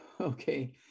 okay